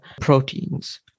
proteins